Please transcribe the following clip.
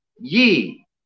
ye